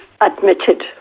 admitted